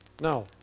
Now